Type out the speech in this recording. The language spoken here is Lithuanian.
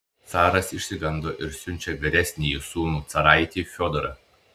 caras išsigando ir siunčia vyresnįjį sūnų caraitį fiodorą